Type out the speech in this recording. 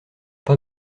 pas